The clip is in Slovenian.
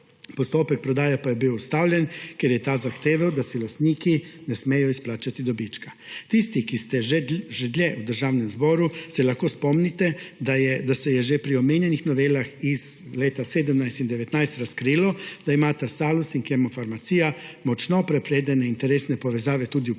postopek prodaje pa je bil ustavljen, ker je ta zahteval, da si lastniki ne smejo izplačati dobička. Tisti, ki ste že dlje v Državnem zboru, se lahko spomnite, da se je že pri omenjenih novelah iz leta 2017 in 2019 razkrilo, da imata Salus in Kemofarmacija močno prepredene interesne povezave tudi v politiki,